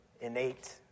innate